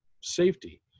safety